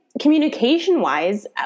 Communication-wise